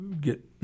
get